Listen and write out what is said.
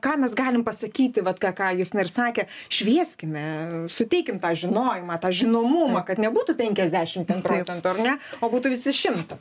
ką mes galim pasakyti vat ką ką justina ir sakė švieskime suteikim tą žinojimą tą žinomumą kad nebūtų penkiasdešimt ten procentų ar ne o būtų visi šimto